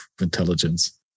intelligence